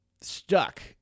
stuck